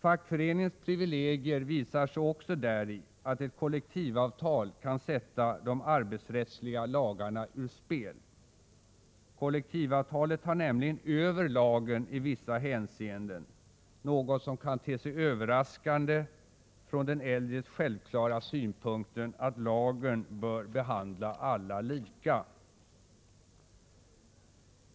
Fackföreningens privilegier visar sig också däri att ett kollektivavtal kan sätta de arbetsrättsliga lagarna ur spel. Kollektivavtalet tar nämligen över lagen i vissa hänseenden, något som kan te sig överraskande från den eljest självklara synpunkten att lagen bör behandla alla lika.